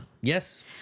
Yes